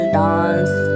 dance